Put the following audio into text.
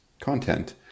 content